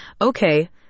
Okay